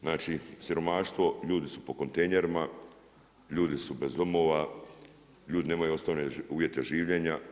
Znači, siromaštvo, ljudi su po kontejnerima, ljudi su bez domova, ljudi nemaju osnovne uvjete življenja.